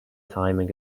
timing